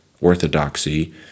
orthodoxy